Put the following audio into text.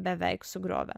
beveik sugriovė